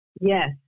Yes